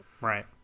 Right